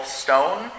stone